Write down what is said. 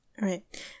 Right